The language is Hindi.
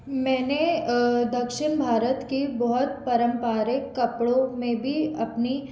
मैंने दक्षिण भारत के बहुत पारंपरिक कपड़ो में भी अपनी